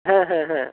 হ্যাঁ হ্যাঁ হ্যাঁ